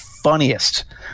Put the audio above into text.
funniest